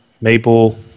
maple